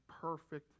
perfect